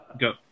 Go